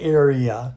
area